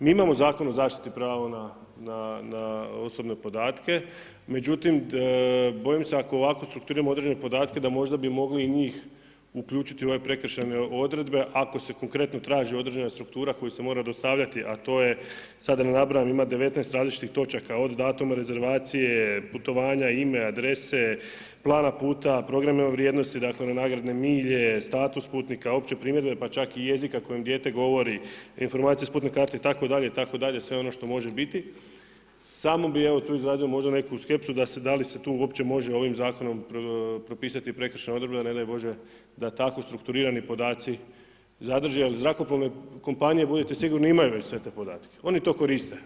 Mi imamo Zakon o zaštiti prava na osobne podatke, međutim bojim se ako ovako strukturiramo određene podatke da možda bi mogli i njih uključiti u ove prekršajne odredbe ako se korektno traži određena struktura koja se mora dostavljati, a to je sada da ne nabrajam ima 19 različitih točaka od datuma rezervacije, putovanja, ime, adrese, plana puta, programa vrijednosti dakle one nagradne milje, status putnika, opće primjedbe pa čak i jezika kojim dijete govori, informacija s putne karte itd., itd. sve ono što može biti, samo bi tu izrazio možda neku skepsu da li se tu uopće može ovim zakonom propisati prekršajne odredbe jer ne daj Bože da tako strukturirani podaci zadrže jer zrakoplovne kompanije budite sigurni imaju već sve te podatke. budite sigurni, imaju već sve te podatke.